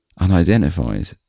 unidentified